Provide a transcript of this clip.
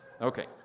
Okay